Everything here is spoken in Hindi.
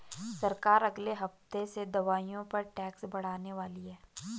सरकार अगले हफ्ते से दवाइयों पर टैक्स बढ़ाने वाली है